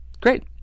Great